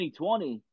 2020